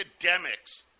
academics